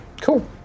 cool